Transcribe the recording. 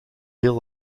veel